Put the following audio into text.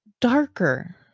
darker